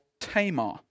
Tamar